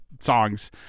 songs